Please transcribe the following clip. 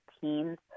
teens